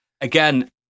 Again